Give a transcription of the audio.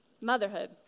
motherhood